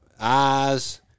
eyes